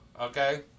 Okay